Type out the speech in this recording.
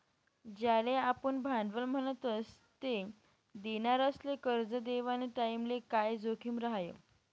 ज्याले आपुन भांडवल म्हणतस ते देनारासले करजं देवानी टाईमले काय जोखीम रहास